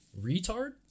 Retard